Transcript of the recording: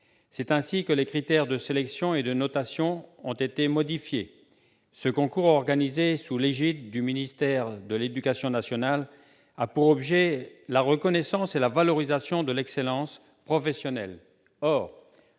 leur financement. Les critères de sélection et de notation ont ainsi été modifiés. Ces concours, organisés sous l'égide du ministère de l'éducation nationale, ont pour objet la reconnaissance et la valorisation de l'excellence professionnelle.